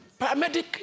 Paramedic